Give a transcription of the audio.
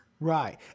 Right